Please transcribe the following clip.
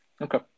okay